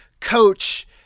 Coach